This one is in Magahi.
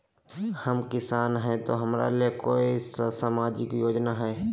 हम किसान हई तो हमरा ले कोन सा सामाजिक योजना है?